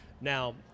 Now